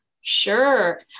Sure